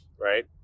right